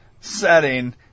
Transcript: setting